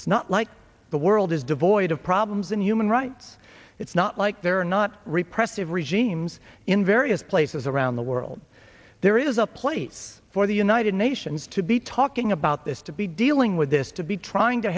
it's not like the world is devoid of problems and human rights it's not like there are not repressive regimes in various places around the world there is a place for the united nations to be talking about this to be dealing with this to be trying to